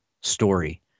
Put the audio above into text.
story